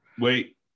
Wait